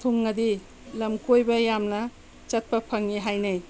ꯊꯨꯡꯉꯗꯤ ꯂꯝ ꯀꯣꯏꯕ ꯌꯥꯝꯅ ꯆꯠꯄ ꯐꯪꯏ ꯍꯥꯏꯅꯩ